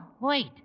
wait